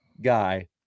guy